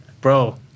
bro